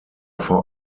vor